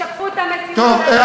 שישקפו את המציאות של, טוב.